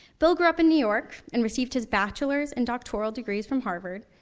bill grew up in new york, and received his bachelor's and doctoral degrees from harvard.